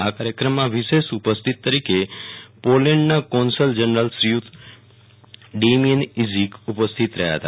આ કાર્યક્રમમાં વિશેષ ઉપસ્થિત તરીકે પોલેન્ડના કોન્સલ જનરલ શ્રોયુત ડમીયન ઈઝીક ઉપસ્થિત રહયા હતા